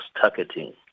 targeting